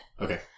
Okay